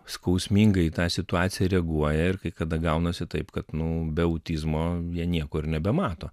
skausmingai į tą situaciją reaguoja ir kai kada gaunasi taip kad nu be autizmo jie niekur nebemato